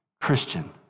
Christian